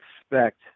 expect